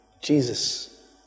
Jesus